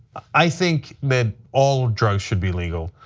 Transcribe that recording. i think that all drugs should be legal,